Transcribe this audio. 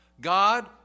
God